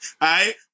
right